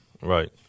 Right